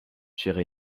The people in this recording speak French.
chère